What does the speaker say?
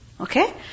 Okay